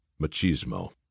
machismo